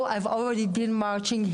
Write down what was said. להלן תרגומם:)